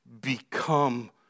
become